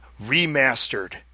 remastered